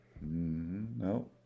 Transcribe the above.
No